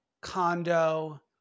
condo